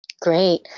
Great